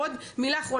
עוד מילה אחת,